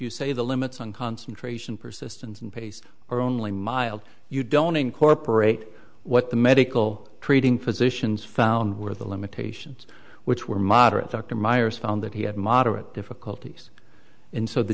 you say the limits on concentration persistence and pace or only mild you don't incorporate what the medical treating physicians found were the limitations which were moderate dr myers found that he had moderate difficulties and so the